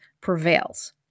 prevails